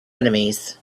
enemies